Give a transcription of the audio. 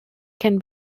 can